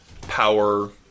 Power